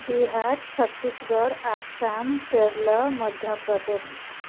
Bihar Chhattisgarh Assam Kerala Madhya Pradesh